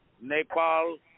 Nepal